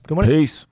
Peace